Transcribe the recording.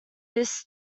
this